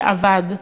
שאבד.